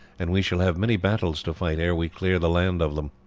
and we shall have many battles to fight ere we clear the land of them.